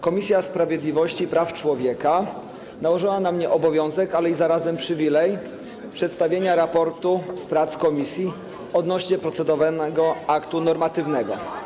Komisja Sprawiedliwości i Praw Człowieka nałożyła na mnie obowiązek, ale i zarazem przywilej przedstawienia raportu z prac komisji dotyczących procedowanego aktu normatywnego.